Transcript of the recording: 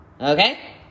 Okay